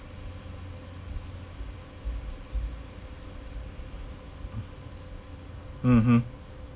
mmhmm